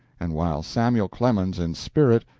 and while samuel clemens in spirit,